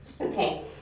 Okay